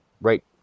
right